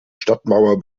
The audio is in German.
stadtmauer